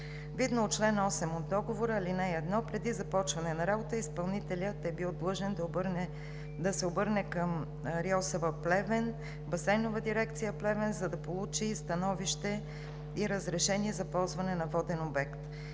Видно от чл. 8, ал. 1 от договора, преди започване на работа изпълнителят е бил длъжен да се обърне към РИОСВ – Плевен, Басейнова дирекция – Плевен, за да получи становище и разрешение за ползване на воден обект.